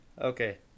Okay